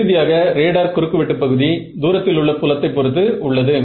இறுதியாக ரேடார் குறுக்கு வெட்டு பகுதி தூரத்திலுள்ள புலத்தை பொறுத்து உள்ளது